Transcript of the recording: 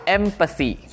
empathy